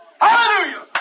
Hallelujah